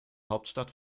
hauptstadt